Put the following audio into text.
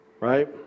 right